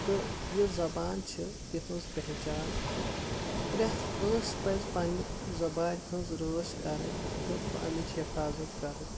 تہٕ یہِ زبان چھِ تہنٛز پہچان پرٮ۪تھ کٲنٛسہِ پزِ پننہِ زبانہِ ہٕنٛز رٲچھ کرٕنۍ تہٕ امیِچ حفاظت کرٕنۍ